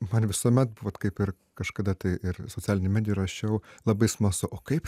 man visuomet buvot kaip ir kažkada tai ir socialinių medijų rašiau labai smalsu o kaip